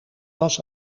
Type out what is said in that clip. was